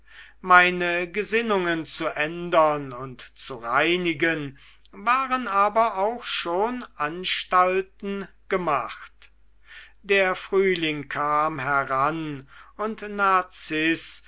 meine gesinnungen zu ändern und zu reinigen waren aber auch schon anstalten gemacht der frühling kam heran und narziß